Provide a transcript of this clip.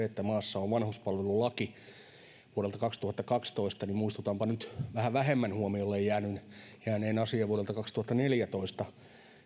että maassa on vanhuspalvelulaki vuodelta kaksituhattakaksitoista niin muistutanpa nyt vähän vähemmälle huomiolle jääneen jääneen asian vuodelta kaksituhattaneljätoista